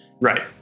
right